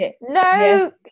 No